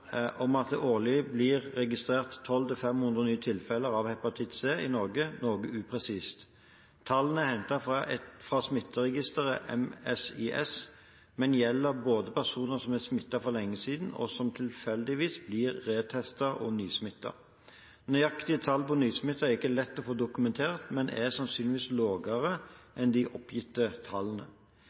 om at det årlig blir registrert 1 200–1 500 nye tilfeller av hepatitt C i Norge, noe upresist. Tallene er hentet fra smitteregisteret MSIS, men gjelder både personer som er smittet for lenge siden og som tilfeldigvis blir re-testet, og nysmitte. Nøyaktige tall på nysmitte er ikke lett å få dokumentert, men er sannsynligvis lavere enn de oppgitte tallene.